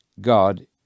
God